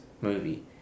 movie